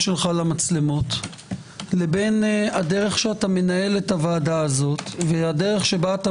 שלך למצלמות לבין הדרך שאתה מנהל הוועדה הזו ואיך שאתה